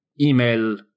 email